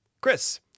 Chris